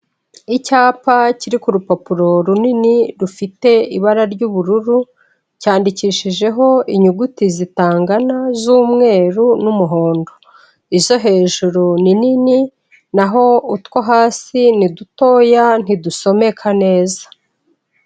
Icyapa kiri ku rupapuro runini rufite ibara ry'ubururu, cyandikishijeho inyuguti zitangana z'umweru n'umuhondo. Izo hejuru ni nini naho utwo hasi ni dutoya ntidusomeka neza.